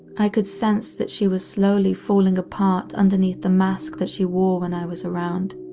i could sense that she was slowly falling apart underneath the mask that she wore when i was around.